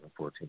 2014